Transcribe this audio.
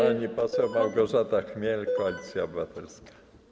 Pani poseł Małgorzata Chmiel, Koalicja Obywatelska.